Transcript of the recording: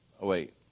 wait